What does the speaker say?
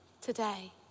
today